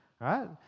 right